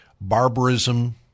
barbarism